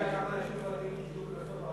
אתה יודע כמה אנשים קיבלו קנסות ברכבת הקלה